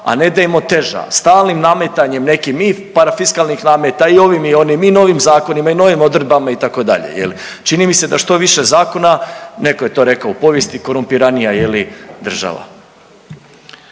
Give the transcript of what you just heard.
a ne da im oteža stalnim nametanjem nekim i parafiskalnih nameta i ovim i onim i novim zakonima i novim odredbama itd. je li. Čini mi se da što više zakona, neko je to rekao u povijesti, korumpiranija je li država.